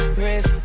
Chris